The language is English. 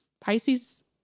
Pisces